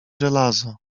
żelazo